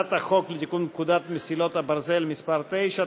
הצעת החוק לתיקון פקודת מסילות הברזל (מס' 9),